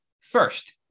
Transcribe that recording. First